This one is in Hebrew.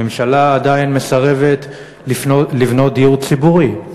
הממשלה עדיין מסרבת לבנות דיור ציבורי.